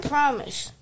Promise